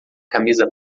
camisa